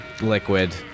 liquid